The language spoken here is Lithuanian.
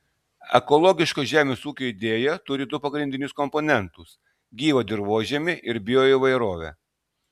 ekologiško žemės ūkio idėja turi du pagrindinius komponentus gyvą dirvožemį ir bioįvairovę